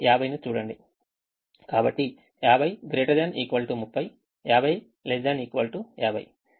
కాబట్టి 50 ≥ 30 50 ≤ 50